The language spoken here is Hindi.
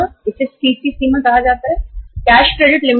इसे कैश क्रेडिट लिमिट कहते हैं